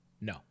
No